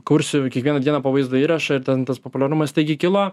kursiu kiekvieną dieną po vaizdo įrašą ir ten tas populiarumas staigiai kilo